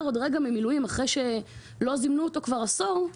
עוד רגע ממילואים אחרי שלא זימנו אותו כבר עשור,